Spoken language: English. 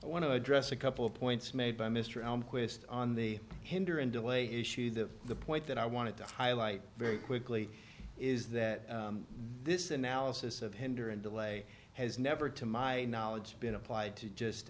i want to address a couple of points made by mr quist on the hinder and delay issue that the point that i wanted to highlight very quickly is that this analysis of hinder and delay has never to my knowledge been applied to just